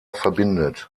verbindet